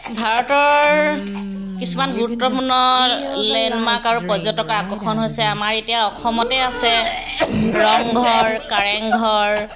ভাৰতৰ কিছুমান গুৰুত্বপূৰ্ণ লেণ্ডমাক আৰু পৰ্যটকৰ আকৰ্ষণ হৈছে আমাৰ এতিয়া অসমতে আছে ৰংঘৰ কাৰেংঘৰ